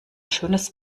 schönes